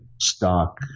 stock